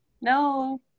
no